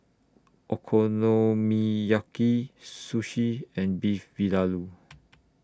Okonomiyaki Sushi and Beef Vindaloo